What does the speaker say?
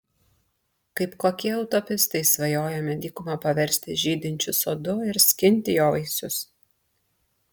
kaip kokie utopistai svajojome dykumą paversti žydinčiu sodu ir skinti jo vaisius